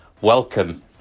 Welcome